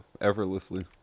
Effortlessly